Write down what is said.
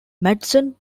madsen